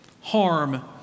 harm